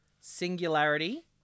Singularity